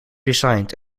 resigned